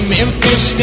Memphis